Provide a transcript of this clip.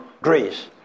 Greece